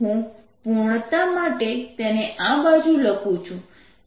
હું પૂર્ણતા માટે તેને આ બાજુ લખું છું